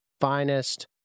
finest